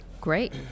Great